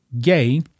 Gay